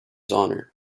honor